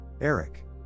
Eric